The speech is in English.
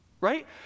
Right